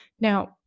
Now